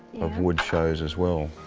of wood shows as well.